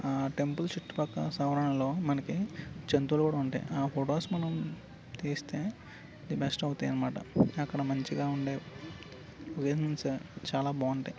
ఆ టెంపుల్ చుట్టు ప్రక్క ఆవరణలో మనకి జంతువులు కూడా ఉంటాయి ఆ ఫొటోస్ మనం తీస్తే ది బెస్ట్ అవుతాయి అన్నమాట అక్కడ మంచిగా ఉండే వెన్యూస్ చాలా బాగుంటాయి